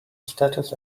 status